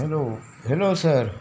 hello hello sir